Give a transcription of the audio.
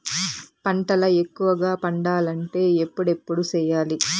పంటల ఎక్కువగా పండాలంటే ఎప్పుడెప్పుడు సేయాలి?